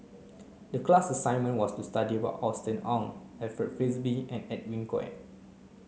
the class assignment was to study about Austen Ong Alfred Frisby and Edwin Koek